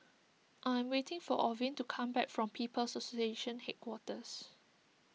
I am waiting for Orvin to come back from People's Association Headquarters